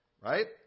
right